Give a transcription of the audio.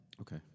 Okay